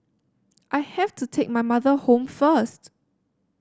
I have to take my mother home first